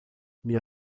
minha